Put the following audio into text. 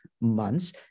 months